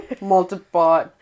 Multiply